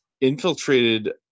infiltrated